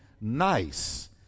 nice